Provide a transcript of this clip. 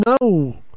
no